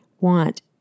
want